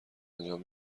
انجام